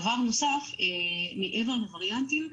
דבר נוסף מעבר לווריאנטים,